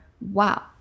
Wow